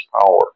power